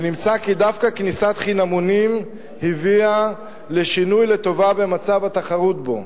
ונמצא כי כניסת חינמונים דווקא הביאה לשינוי לטובה במצב התחרות בו,